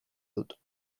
dut